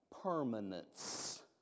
permanence